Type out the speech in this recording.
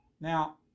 now